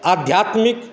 आध्यात्मिक